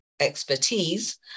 expertise